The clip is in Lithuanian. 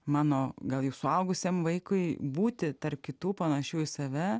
mano gal jau suaugusiam vaikui būti tarp kitų panašių į save